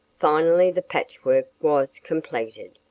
finally the patchwork was completed,